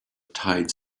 tides